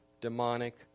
demonic